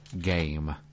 game